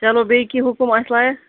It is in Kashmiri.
چلو بیٚیہِ کینٛہہ حُکم اَسہِ لایق